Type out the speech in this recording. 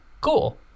cool